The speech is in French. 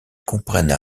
comprennent